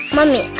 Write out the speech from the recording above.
Mommy